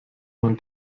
man